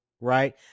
right